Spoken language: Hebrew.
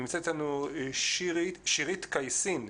נמצאת איתנו שירית קייסין,